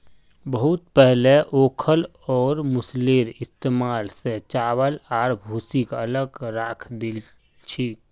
बहुत पहले ओखल और मूसलेर इस्तमाल स चावल आर भूसीक अलग राख छिल की